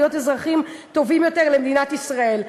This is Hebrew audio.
להיות אזרחים טובים יותר למדינת ישראל.